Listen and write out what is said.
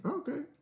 okay